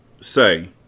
Say